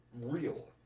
real